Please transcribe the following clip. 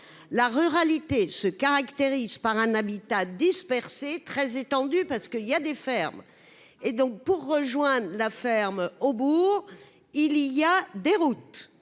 la ruralité se caractérise par un habitat dispersé très étendu, parce qu'il y a des fermes et donc pour rejoindre la ferme au bourg, il y a des routes